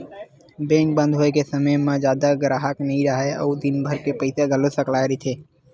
bank बंद होए के समे म जादा गराहक नइ राहय अउ दिनभर के पइसा घलो सकलाए रहिथे